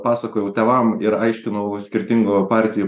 pasakojau tėvam ir aiškinau skirtingų partijų